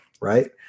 right